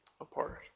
apart